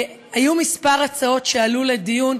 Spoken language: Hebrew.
היו כמה הצעות שעלו לדיון,